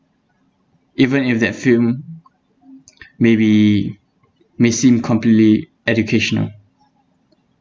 even if that film maybe may seem completely educational